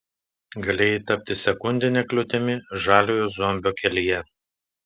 galėjai tapti sekundine kliūtimi žaliojo zombio kelyje